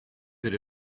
that